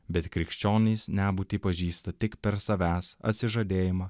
bet krikščionys nebūtį pažįsta tik per savęs atsižadėjimą